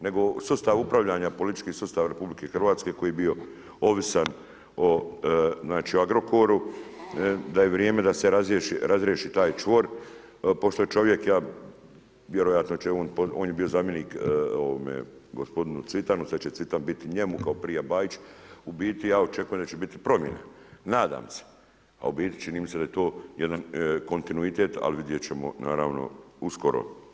Nego, sustav upravljanja politički sustav RH koji je bio ovisan o Agrokoru da je vrijeme da se razriješi taj čvor pošto je čovjek, a on je bio zamjenik gospodinu Cvitan, sad će Cvitan biti njemu kao prije Bajić, u biti ja očekujem da će biti promjene, nadam se, a ubiti čini mi se da je to jedan kontinuitet ali vidjet ćemo naravno uskoro.